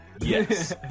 Yes